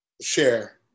share